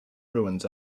ruins